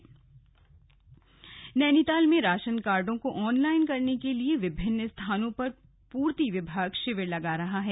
शिविर नैनीताल में राशन कार्डो को ऑनलाइन करने के लिए विभिन्न स्थानों पर पूर्ति विभाग शिविर लगा रहा है